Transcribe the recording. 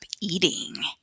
eating